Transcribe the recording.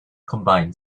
combined